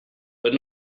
but